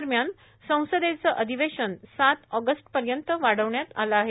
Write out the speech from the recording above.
दरम्यान संसदेचं अधिवेशन सात ऑगस्टपर्यंत वाढविण्यात आलं आहे